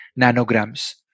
nanograms